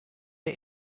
der